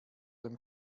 dem